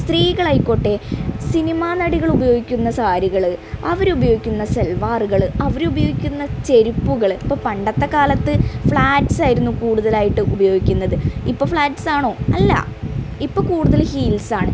സ്ത്രീകളായിക്കോട്ടെ സിനിമാനടികൾ ഉപവയോഗിക്കുന്ന സാരികള് അവരുപയോഗിക്കുന്ന സെൽവാറുകള് അവരുപയോഗിക്കുന്ന ചെരിപ്പുകള് ഇപ്പോൾ പണ്ടത്തെ കാലത്ത് ഫ്ലാറ്റ്സായിരുന്നു കൂടുതലായിട്ടും ഉപയോഗിക്കുന്നത് ഇപ്പോൾ ഫ്ലാറ്റ്സാണോ അല്ലാ ഇപ്പോൾ കൂടുതലും ഹീൽസാണ്